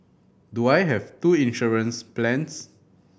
do I have two insurance plans